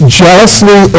jealously